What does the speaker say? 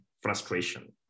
frustration